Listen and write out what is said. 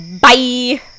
Bye